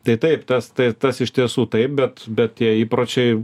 tai taip tas tai tas iš tiesų taip bet bet tie įpročiai